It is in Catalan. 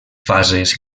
fases